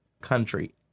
country